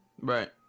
right